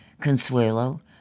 Consuelo